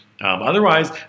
otherwise